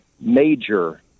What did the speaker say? major